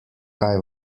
kaj